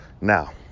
Now